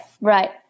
Right